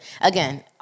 Again